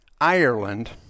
Ireland